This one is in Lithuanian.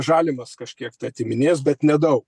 žalimas kažkiek tai atiminės bet nedaug